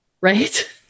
Right